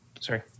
sorry